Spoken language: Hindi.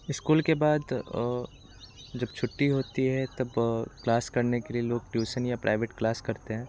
इस्कूल के बाद जब छुट्टी होती है तब क्लास करने के लिए लोग ट्यूशन या प्राइवेट क्लास करते हैं